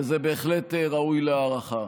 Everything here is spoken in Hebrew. וזה בהחלט ראוי להערכה.